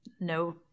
no